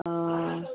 ও